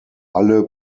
alle